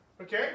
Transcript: Okay